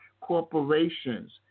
corporations